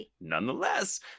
nonetheless